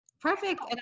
Perfect